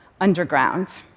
underground